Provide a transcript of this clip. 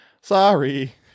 sorry